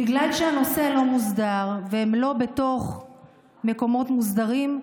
בגלל שהנושא לא מוסדר והם לא בתוך מקומות מוסדרים,